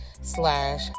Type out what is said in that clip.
slash